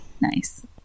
nice